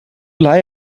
lie